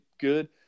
good